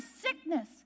sickness